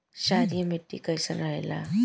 क्षारीय मिट्टी कईसन रहेला?